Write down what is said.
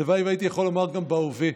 והלוואי והייתי יכול לומר, גם בהווה.